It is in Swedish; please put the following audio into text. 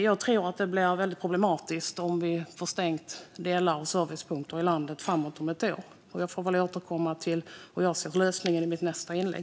Jag tror att det blir problematiskt om servicepunkter stängs ned framöver. Jag får återkomma till min lösning på problemet i mitt nästa inlägg.